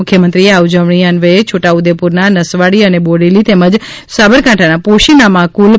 મુખ્યમંત્રીએ આ ઉજવણી અન્વયે છોટાઉદેપુરના નસવાડી અને બોડેલી તેમજ સાબરકાંઠાના પોશીનામાં કુલ રૂ